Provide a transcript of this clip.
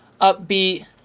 upbeat